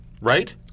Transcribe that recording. Right